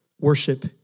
worship